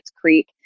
Creek